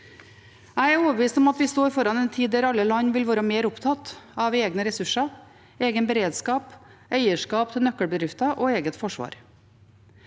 Jeg er overbevist om at vi står foran en tid der alle land vil være mer opptatt av egne ressurser, egen beredskap, eierskap til nøkkelbedrifter og eget forsvar.